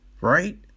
right